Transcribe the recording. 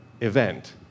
event